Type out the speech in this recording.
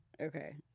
Okay